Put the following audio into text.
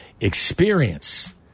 experience